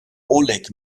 oleg